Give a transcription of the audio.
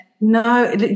no